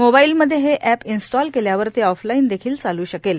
मोबाईलमध्ये हे अप्र इन्स्टाल केल्यावर ते ऑफलाईन देखील चालू शकेल